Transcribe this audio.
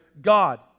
God